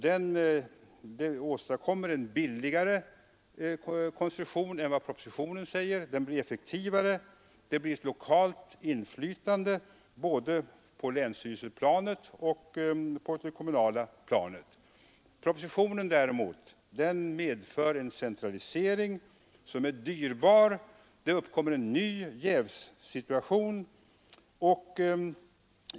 Den innebär en konstruktion som är billigare än propositionens förslag, som blir effektivare och som möjliggör ett lokalt inflytande både på länsplanet och på det kommunala planet. Propositionens förslag medför en dyrbar centralisering. En ny jävssituation uppkommer.